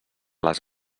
les